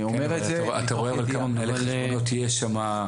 אתה רואה אבל כמה מנהלים חשבונות שם,